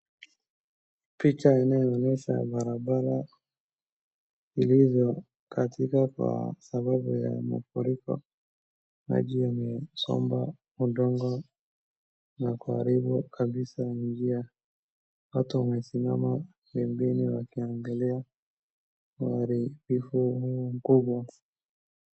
Picha inayoonyesha barabara ilivyo katika kwa sababu ya mafuriko. Maji yamesomba udongo na kuharibu kabisa njia. Watu wamesimama pembeni wakiangalia uharibifu huu mkubwa.